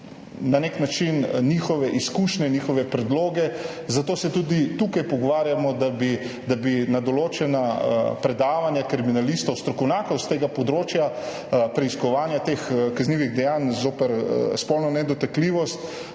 uvedli tudi njihove izkušnje, njihove predloge. Zato se tudi tukaj pogovarjamo, da bi na določena predavanja kriminalistov, strokovnjakov s tega področja preiskovanja teh kaznivih dejanj zoper spolno nedotakljivost,